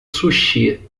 sushi